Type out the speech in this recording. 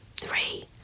Three